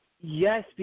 Yes